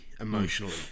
emotionally